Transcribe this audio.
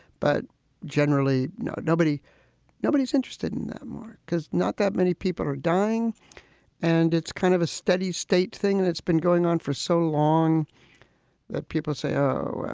but generally, no. nobody nobody is interested in that, mark, because not that many people are dying and it's kind of a steady state thing that's been going on for so long that people say, oh,